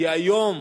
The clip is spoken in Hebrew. כי היום,